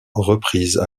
reprises